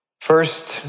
First